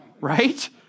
right